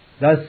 Thus